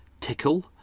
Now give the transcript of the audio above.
tickle